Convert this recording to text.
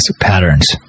patterns